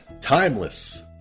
timeless